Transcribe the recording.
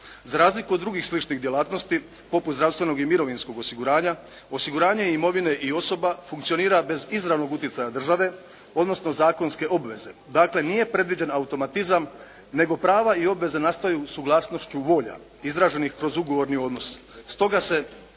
Za razliku od drugih sličnih djelatnosti poput zdravstvenog i mirovinskog osiguranja, osiguranje imovine i osoba funkcionira bez izravnog utjecaja države, odnosno zakonske obveze. Dakle, nije predviđen automatizam nego prava i obveze nastaju uz suglasnošću volja izraženih kroz ugovorni odnos,